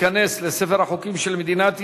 ותיכנס לספר החוקים של מדינת ישראל.